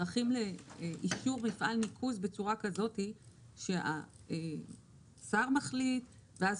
דרכים היום לאישור מפעל ניקוז בצורה כזו שהשר מחליט ואז